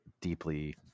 deeply